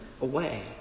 away